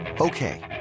Okay